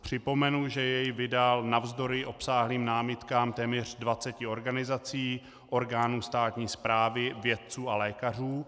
Připomenu, že jej vydal navzdory obsáhlým námitkám téměř 20 organizací, orgánů státní správy, vědců a lékařů.